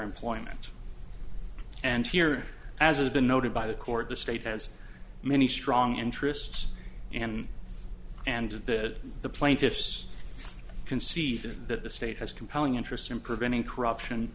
employment and here as has been noted by the court the state has many strong interests and and that the plaintiffs conceded that the state has compelling interest in preventing corruption